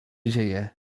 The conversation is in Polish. dzieje